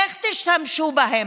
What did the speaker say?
איך תשתמשו בהם?